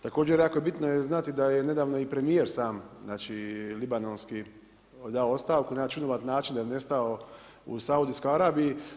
Također jako bitno je znati da je nedavno i premijer sam, znači libanonski dao ostavku na jedan čudnovati način, da je nestao u Saudijskoj Arabiji.